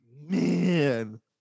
man